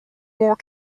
wore